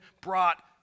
brought